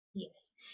Yes